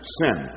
sin